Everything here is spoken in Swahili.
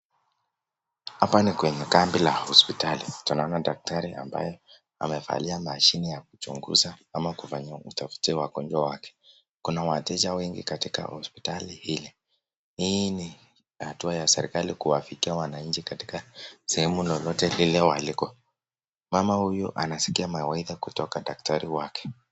Hapa ni kwenye kambi la hosipitali. Tunaona Daktari ambaye amevalia mashine ya kuchunguza ama kutafutia wagojwa wake. kuna wateja wengi katika hospitali hili . Hii ni hatua ya serikali kuwafikia wananchi katika sehemu lolote lile waliko mama nasikia mawaidha kutoka daktari wake.